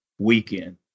weekend